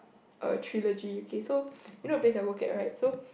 err trilogy you K so you know the place I work at right so